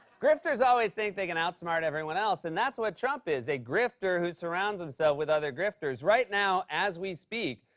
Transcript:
grifters always think they can outsmart everyone else, and that's what trump is a grifter who surrounds and so with other grifters. right now as we speak,